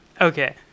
okay